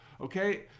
Okay